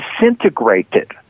disintegrated